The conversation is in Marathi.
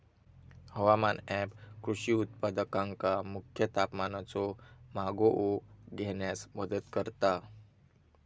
हवामान ऍप कृषी उत्पादकांका मुख्य तापमानाचो मागोवो घेण्यास मदत करता